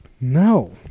No